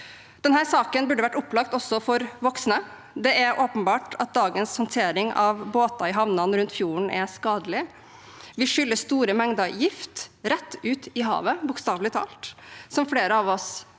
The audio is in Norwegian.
Denne saken burde vært opplagt også for voksne. Det er åpenbart at dagens håndtering av båter i havnene rundt fjorden er skadelig. Vi skyller store mengder gift rett ut i havet – bokstavelig talt. Som flere av oss